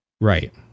right